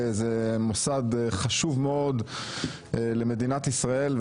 היא מוסד חשוב מאוד למדינת ישראל,